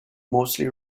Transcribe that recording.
mostly